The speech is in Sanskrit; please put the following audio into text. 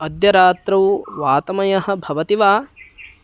अद्य रात्रौ वातमयः भवति वा